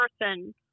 person